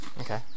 okay